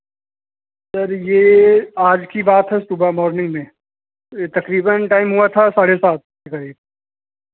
sir ये आज की बात है सुबह मॉर्निंग में तकरीबन टाइम हुआ था साढ़े सात के करीब